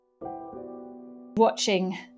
watching